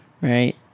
Right